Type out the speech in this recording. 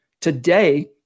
today